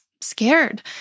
scared